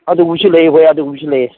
ꯑꯗꯨꯒꯨꯝꯕꯁꯨ ꯂꯩꯌꯦ ꯍꯣꯏ ꯑꯗꯨꯒꯨꯝꯕꯁꯨ ꯂꯩꯌꯦ